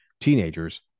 teenagers